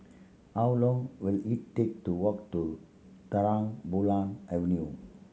how long will it take to walk to Terang Bulan Avenue